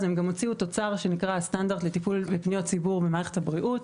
הם גם הוציאו תוצר שנקרא סטנדרט לטיפול בפניות ציבור במערכת הבריאות.